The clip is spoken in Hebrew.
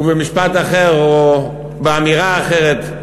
ובמשפט אחר, או באמירה אחרת,